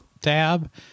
tab